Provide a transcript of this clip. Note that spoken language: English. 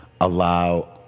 allow